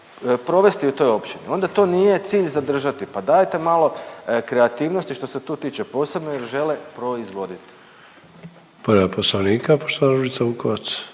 provesti u toj općini i onda to nije cilj zadržati. Pa dajte malo kreativnosti, što se tu tiče, posebno jer žele proizvoditi. **Sanader, Ante (HDZ)**